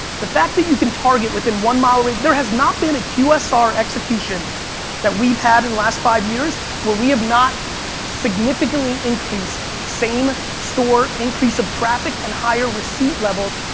the fact that you can target within one mile rad, there has not been a qsr execution that we've had in the last five years where we have not significantly increased same store increase of traffic and higher receipt levels,